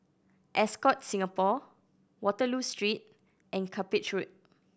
Ascott Singapore Waterloo Street and Cuppage Road